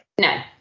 No